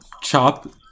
chop